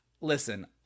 listen